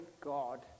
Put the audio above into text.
God